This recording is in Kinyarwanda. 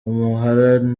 ubuhahirane